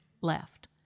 left